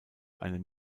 einem